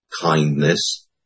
kindness